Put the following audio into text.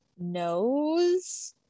nose